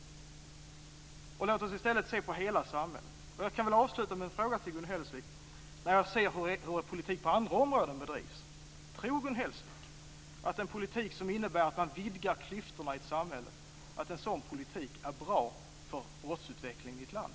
Låt oss i stället se på hela samhället. Jag kan avsluta med en fråga till Gun Hellsvik, när jag ser hur er politik på andra områden bedrivs. Tror Gun Hellsvik att en politik som innebär att man vidgar klyftorna i ett samhälle är bra för brottsutvecklingen i ett land?